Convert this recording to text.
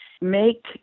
make